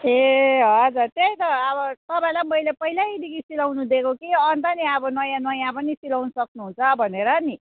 ए हजुर त्यही त तपाईँलाई पनि मैले पहिलैदेखि सिलाउनु दिएको कि अन्त नि अब नयाँ नयाँ पनि सिलाउनु सक्नुहुन्छ भनेर नि